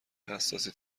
حساسی